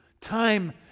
time